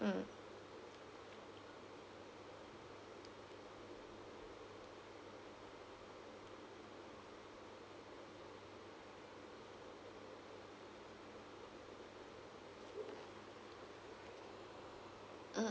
mm mm